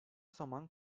zaman